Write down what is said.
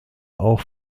auch